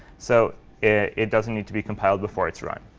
so it doesn't need to be compiled before it's run.